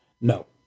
No